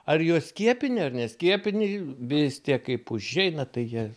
ar juos skiepini ar neskiepini vis tiek kaip užeina tai jie